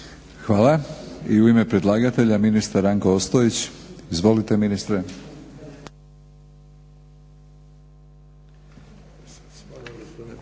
Hvala. I u ime predlagatelja ministar Ranko Ostojić. Izvolite ministre.